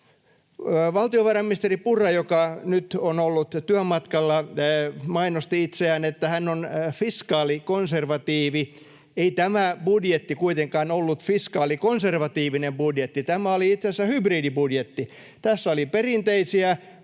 Valtiovarainministeri Purra, joka nyt on ollut työmatkalla, mainosti itseään, että hän on fiskaalikonservatiivi. Ei tämä budjetti kuitenkaan ollut fiskaalikonservatiivinen budjetti. Tämä oli itse asiassa hybridibudjetti: Tässä oli perinteisiä